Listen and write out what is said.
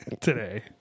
today